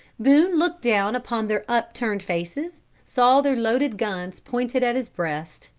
boone looked down upon their upturned faces, saw their loaded guns pointed at his breast,